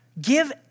give